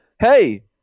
Hey